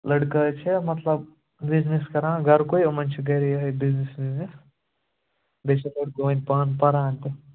لڑکہٕ حظ چھِ مطلب بِزنِس کَران گَرِ کُے یِمن چھِ گَرِ یِہَے بِزنِس وِزنس بیٚیہِ چھُ لڑکہٕ وۅنۍ پانہٕ پَران تہِ